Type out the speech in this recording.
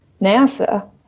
NASA